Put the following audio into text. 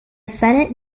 senate